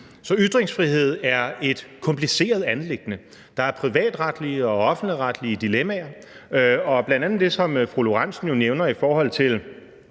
Så ytringsfrihed er et kompliceret anliggende. Der er privatretlige og offentligretlige dilemmaer, og bl.a. det, som fru Karina Lorentzen Dehnhardt nævner, i forhold til